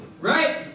Right